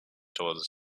towards